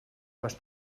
les